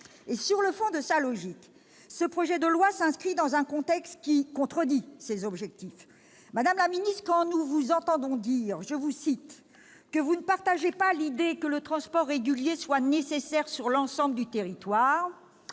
va au bout de sa logique, ce projet de loi s'inscrit dans un contexte qui contredit ses objectifs. Madame la ministre, quand nous vous entendons dire que vous ne partagez pas l'idée selon laquelle le transport régulier est nécessaire sur l'ensemble du territoire,